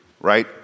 right